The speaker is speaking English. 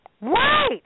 Right